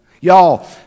Y'all